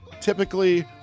typically